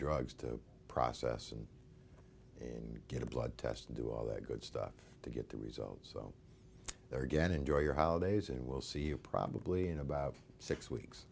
drugs to process and and get a blood test to do all that good stuff to get the results so there again enjoy your holidays and we'll see you probably in about six weeks